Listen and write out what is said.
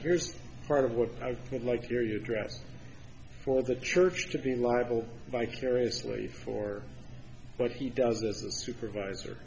here's part of what i would like your you address for the church to be liable vicariously for what he does as the supervisor